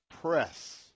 press